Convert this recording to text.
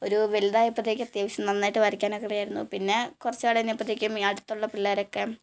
ഒരു വലുതായപ്പോഴത്തേക്ക് അത്യാവശ്യം നന്നായിട്ട് വരയ്ക്കാനൊക്കെ അറിയാമായിരുന്നു പിന്നെ കുറച്ച് നാൾ കഴിഞ്ഞപ്പോഴേക്ക് അടുത്തുള്ള പിള്ളേരൊക്കെ